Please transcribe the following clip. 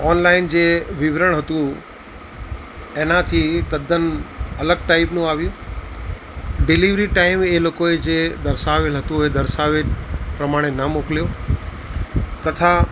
online જે વિવરણ હતું એનાથી તદ્દન અલગ ટાઇપનું આવ્યું ડિલિવરી ટાઈમ એ લોકોએ જે દર્શાવેલ હતું એ દર્શાવેલ પ્રમાણે ન મોકલ્યો તથા